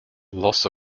loss